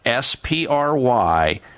SPRY